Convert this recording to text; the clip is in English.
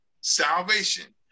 salvation